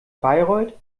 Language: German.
bayreuth